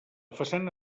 façana